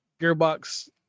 gearbox